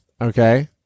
okay